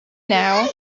now